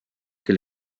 que